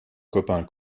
copain